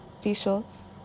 t-shirts